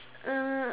uh